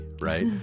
right